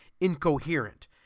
incoherent